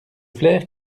flaire